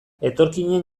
etorkinen